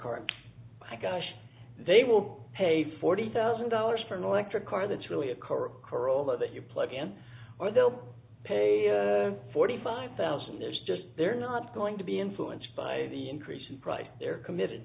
i gosh they will pay forty thousand dollars for an electric car that's really a corker all of that you plug in or they'll pay forty five thousand there's just they're not going to be influenced by the increase in price they're committed